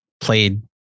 played